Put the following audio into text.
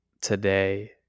today